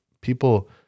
people